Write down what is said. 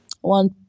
one